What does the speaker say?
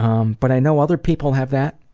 um but i know other people have that.